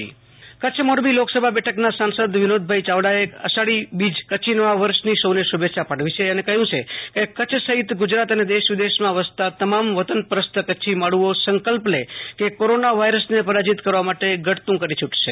આશુતોષ અંતાણી અષાઢી બીજ શુભેચ્છાઃ સાંસદ વિનોદ ચાવડા કચ્છ મોરબી લોકસભા બેઠક ના સાંસદ વિનોદ ચાવડા એ અષાઢી બીજ કચ્છી નવા વર્ષ ની સૌ ને શુભેચ્છા પાઠવી છે અને કહ્યું છે કે કચ્છ સહિત ગુજરાત અને દેશ વિદેશ માં વસતા તમામ વતન પરસ્ત કચ્છી માડુ સંકલ્પ કે કોરોના વાયરસ ને પરાજિત કરવા માટે ઘટતું કરી છૂટશે